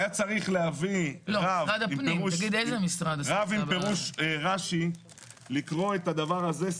היה צריך להביא רב עם פירוש רש"י לקרוא את הדבר הזה.